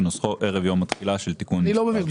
כנוסחו ערב יום התחילה של תיקון מספר 9." אני לא מבין,